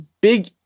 Big